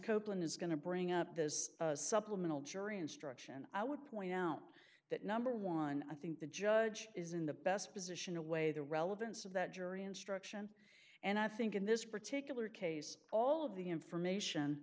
copeland is going to bring up this supplemental jury instruction i would point out that number one i think the judge is in the best position to weigh the relevance of that jury instruction and i think in this particular case all of the information